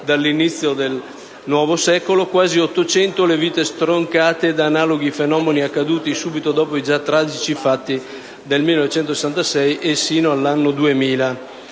dall'inizio del nuovo secolo e quasi 800 le vite stroncate da analoghi fenomeni accaduti subito dopo i già tragici fatti del 1966 e sino all'anno 2000.